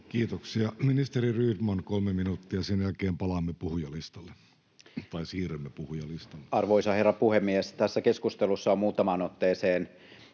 Kiitoksia. — Ministeri Rydman, kolme minuuttia. — Sen jälkeen siirrymme puhujalistalle. Arvoisa herra puhemies! Tässä keskustelussa on muutamaan otteeseen